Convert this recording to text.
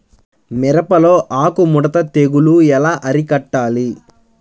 మిరపలో ఆకు ముడత తెగులు ఎలా అరికట్టాలి?